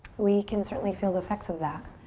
we can certainly feel the effects of that.